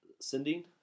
sending